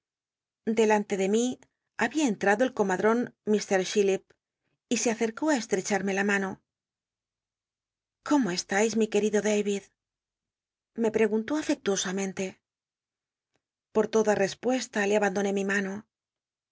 delante de mi habia enlmdo r l comadron mr chillip y se acercó á es estrecharme la mano cómo eslais mi qurl'ido daid me we unló afectuosamente por toda respuesta le abandoné mi mano